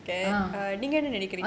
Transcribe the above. uh